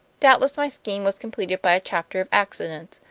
doubtless my scheme was completed by a chapter of accidents,